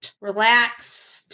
relaxed